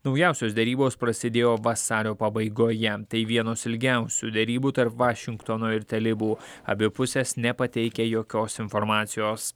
naujausios derybos prasidėjo vasario pabaigoje tai vienos ilgiausių derybų tarp vašingtono ir talibų abi pusės nepateikia jokios informacijos